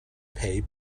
pay